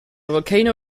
volcano